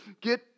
Get